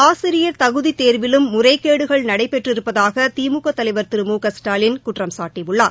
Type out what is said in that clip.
ஆசிரியர் தகுதித் தேர்விலும் முறைகேடுகள் நடைபெற்றிருப்பதாகதிமுகதலைவர் திரு மு க ஸ்டாலின் குற்றம்சாட்டியுள்ளார்